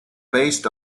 based